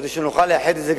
כדי שנוכל לאחד אותן.